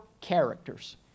characters